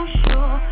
sure